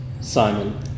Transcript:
Simon